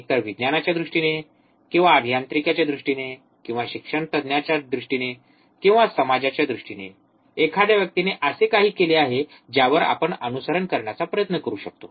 एकतर विज्ञानाच्या दृष्टीने किंवा अभियांत्रिकीच्या दृष्टीने किंवा शिक्षणतज्ज्ञांच्या दृष्टीने किंवा समाजाच्या दृष्टीने एखाद्या व्यक्तीने असे काही केले आहे ज्यावर आपण अनुसरण करण्याचा प्रयत्न करू शकतो